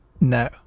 No